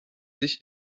sich